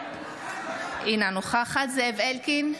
אינה נוכחת זאב אלקין,